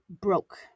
broke